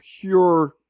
pure